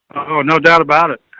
oh, no doubt about it. ah,